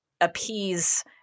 appease